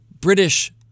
British